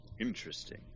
Interesting